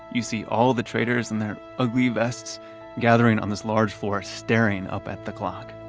you see all the traders in their ugly vests gathering on this large floor, staring up at the clock